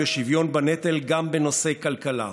בשוויון בנטל גם בנושאי כלכלה,